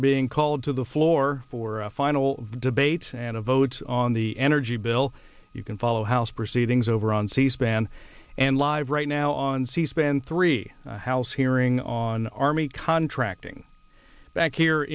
are being called to the floor for a final debate and a vote on the energy bill you can follow house proceedings over on c span and live right now on c span three house hearing on army contracting back here